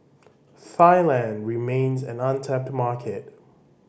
Thailand remains an untapped market